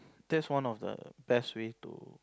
that's one of the best way to